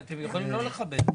אתם יכולים לא לכבד.